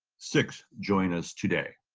six join us today.